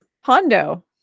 Hondo